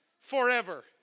forever